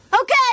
Okay